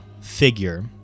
figure